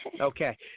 okay